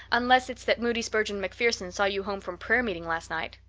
unless it's that moody spurgeon macpherson saw you home from prayer meeting last night.